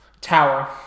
tower